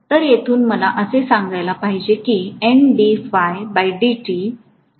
तर येथून मला असे म्हणायला पाहिजे की D